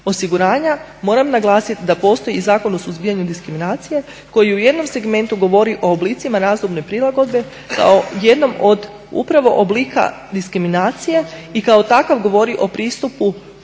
osiguranja. Moram naglasiti da postoji i Zakon o suzbijanju diskriminacije koji u jednom segmentu govori o oblicima razumne prilagodbe kao jednom od upravo oblika diskriminacije i kao takav govori o pristupu